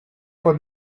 for